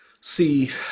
See